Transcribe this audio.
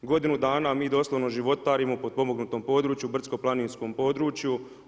Godinu dana mi doslovno životarimo potpomognutom području brdsko-planinskom području.